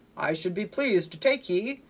i should be pleased to take ye,